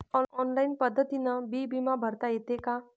Online पद्धतीनं बी बिमा भरता येते का?